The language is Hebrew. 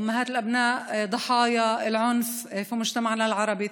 אימהות הבנים קורבנות האלימות בחברה הערבית.